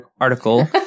article